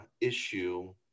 issue